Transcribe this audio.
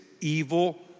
evil